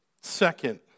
Second